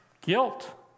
Guilt